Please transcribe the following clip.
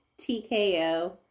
TKO